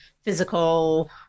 Physical